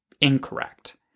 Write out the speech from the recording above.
incorrect